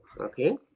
okay